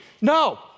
No